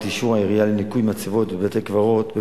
אישור העירייה לניקוי מצבות בבית-הקברות,